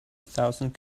thousand